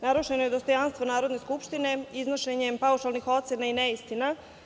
Narušeno je dostojanstvo Narodne skupštine iznošenjem paušalnih ocena i neistina.